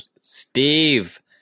Steve